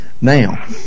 now